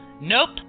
Nope